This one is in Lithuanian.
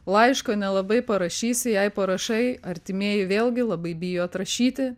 laiško nelabai parašysi jei parašai artimieji vėlgi labai bijo atrašyti